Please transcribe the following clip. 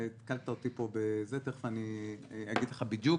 התקלת אותי ותכף אגיד לך בדיוק